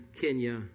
Kenya